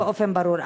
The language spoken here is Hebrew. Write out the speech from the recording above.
באופן ברור.